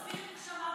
תסביר את מה שאמרת.